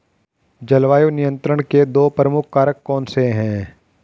जलवायु नियंत्रण के दो प्रमुख कारक कौन से हैं?